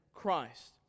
Christ